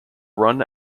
run